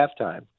halftime